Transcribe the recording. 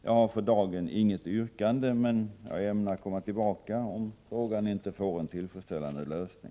Jag har för dagen inget yrkande, men jag ämnar komma tillbaka om frågan inte får en tillfredsställande lösning.